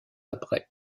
après